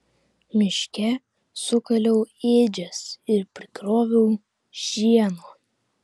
miške sukaliau ėdžias ir prikroviau šieno